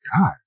God